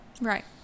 Right